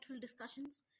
discussions